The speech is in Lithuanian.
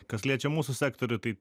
kas liečia mūsų sektorių tai